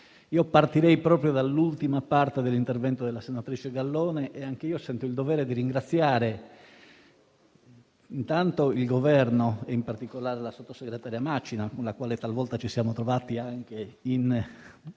partirei proprio dall'ultima parte dell'intervento della senatrice Gallone. Anch'io sento il dovere di ringraziare il Governo, in particolare la sottosegretaria Macina, con la quale talvolta ci siamo trovati anche a